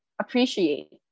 appreciate